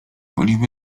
oliwy